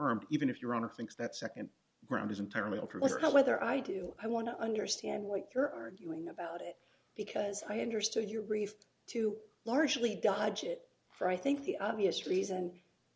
ed even if your honor thinks that nd round isn't terminal whether i do i want to understand what you're arguing about it because i understood your brief to largely dodge it for i think the obvious reason